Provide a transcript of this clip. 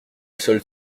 sol